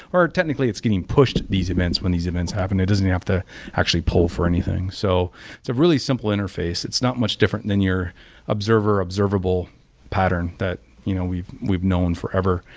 or technically, it's getting pushed these events when these events happen. it doesn't even have to actually pull for anything so it's a really simple interface. it's not much different than your observer-observable pattern that you know we've we've known forever.